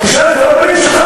תשאל את הרבנים,